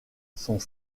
sont